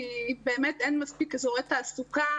כי באמת אין מספיק אזורי תעסוקה